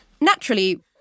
Naturally